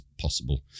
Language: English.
possible